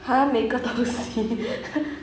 !huh! 每个东西